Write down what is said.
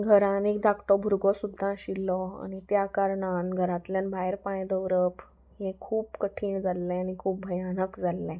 घरान एक धाकटो भुरगो सुद्दा आशिल्लो आनी त्या कारणान घरांतल्यान भायर पांय दवरप हें खूब कठीण जाल्लें आनी खूब भयानक जाल्लें